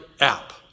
app